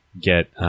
get